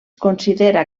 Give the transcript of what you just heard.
considera